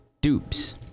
dupes